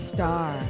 Star